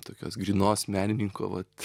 tokios grynos menininko vat